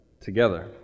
together